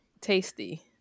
tasty